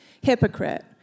Hypocrite